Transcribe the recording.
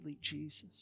Jesus